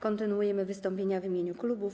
Kontynuujemy wystąpienia w imieniu klubów.